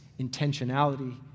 intentionality